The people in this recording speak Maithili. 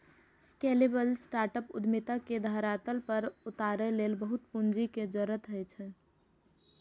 स्केलेबल स्टार्टअप उद्यमिता के धरातल पर उतारै लेल बहुत पूंजी के जरूरत होइ छै